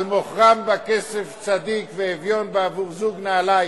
ועל זה נאמר: על מכרם בכסף צדיק ואביון בעבור נעליים.